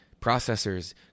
processors